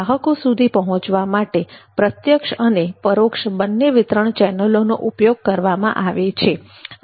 ગ્રાહકો સુધી પહોંચવા માટે પ્રત્યક્ષ અને પરોક્ષ બંને વિતરણ ચેનલો નો ઉપયોગ કરવામાં આવે છે